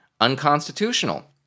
unconstitutional